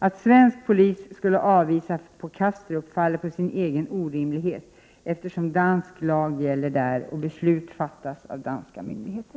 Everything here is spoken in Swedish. Att svensk polis skulle avvisa på Kastrup faller på sin egen orimlighet, eftersom dansk lag gäller där och besluten fattas av danska myndigheter.